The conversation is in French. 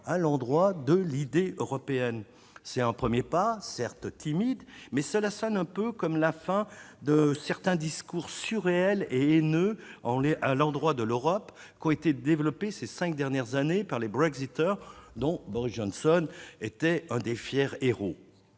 à celui de l'idée européenne. C'est un premier pas, certes timide, mais cela sonne un peu comme la fin de certains discours surréels et haineux à l'endroit de l'Europe qui ont été développés ces cinq dernières années par les « Brexiters », dont Boris Johnson était un des fiers hérauts.